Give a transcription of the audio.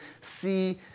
see